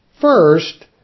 First